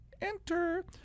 enter